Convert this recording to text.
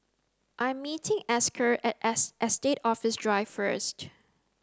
I meeting Esker at Estate Office Drive first